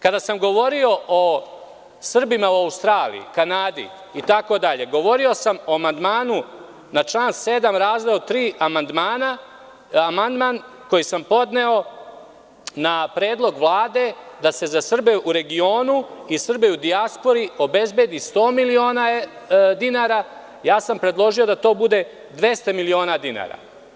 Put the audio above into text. Kada sam govorio o Srbima u Australiji, Kanadi itd, govorio sam o amandmanu na član 7. razdeo 3, amandman koji sam podneo na predlog Vlade da se za Srbe u regionu i Srbe i dijaspori obezbedi 100 miliona dinara, a ja sam predložio da to bude 200 miliona dinara.